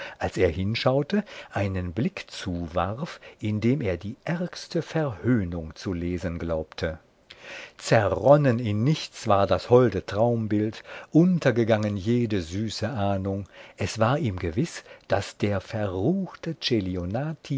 als er hinschaute einen blick zuwarf in dem er die ärgste verhöhnung zu lesen glaubte zerronnen in nichts war das holde traumbild untergegangen jede süße ahnung es war ihm gewiß daß der verruchte